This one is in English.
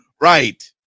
Right